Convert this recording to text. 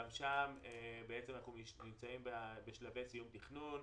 גם שם אנחנו נמצאים בשלבי סיום תכנון.